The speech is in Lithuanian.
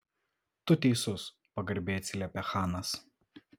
tu teisus pagarbiai atsiliepė chanas